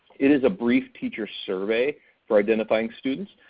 it is a brief teacher survey for identifying students.